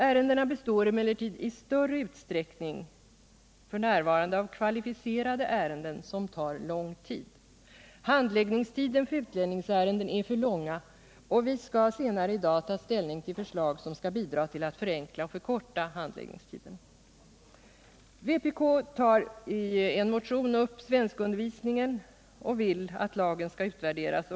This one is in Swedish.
Ärendena består emellertid f. n. i större utsträckning av kvalificerade ärenden som tar lång tid. Handläggningstiden för utlänningsärenden är för lång, och vi skall senare i dag ta ställning till förslag som skall bidra till att förenkla förfarandet och förkorta denna tid. Vpk tar i en motion upp svenskundervisningen och vill att lagen skall utvärderas.